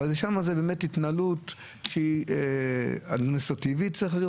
ושם זה לא פלילי לגבי הקנסות.